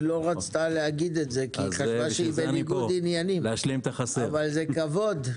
היא לא רצתה להגיד את זה כי חשבה שהיא בניגוד עניינים אבל זה כבוד.